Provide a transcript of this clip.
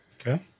Okay